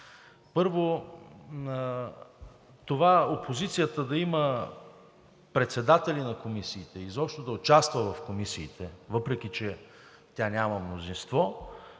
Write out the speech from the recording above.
Първо, това опозицията да има председатели на комисиите и изобщо да участва в комисиите, въпреки че тя няма мнозинство,